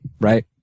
right